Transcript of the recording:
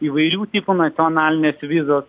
įvairių tipų nacionalinės vizos